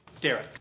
Derek